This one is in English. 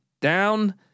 down